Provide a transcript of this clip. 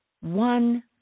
one